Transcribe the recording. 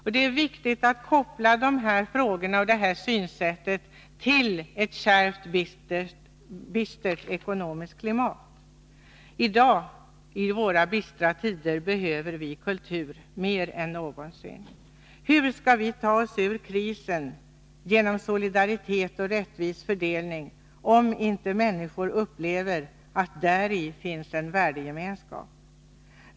Det är viktigt att koppla det här synsättet till ett kärvt och dystert ekonomiskt klimat. I dag, i våra bistra tider, behöver vi kultur mer än någonsin. Hur skall vi ta oss ur krisen genom solidaritet och rättvis fördelning om inte människor upplever att däri finns en värdegemenskap?